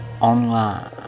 Online